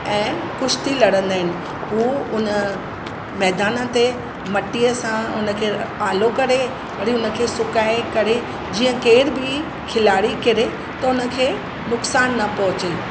ऐं कुश्ती लड़ंदा आहिनि उहे उन मैदान ते मटीअ सां उनखे आलो करे वरी उनखे सुकाए करे जीअं केर बि खिलाड़ी खेॾे त हुनखे नुक़सान न पहुचे